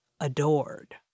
adored